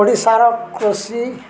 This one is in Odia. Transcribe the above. ଓଡ଼ିଶାର କୃଷି